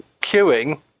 queuing